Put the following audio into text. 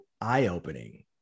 eye-opening